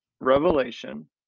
Revelation